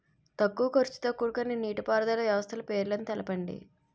తక్కువ ఖర్చుతో కూడుకున్న నీటిపారుదల వ్యవస్థల పేర్లను తెలపండి?